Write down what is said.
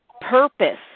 purpose